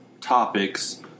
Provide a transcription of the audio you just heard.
topics